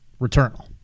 Returnal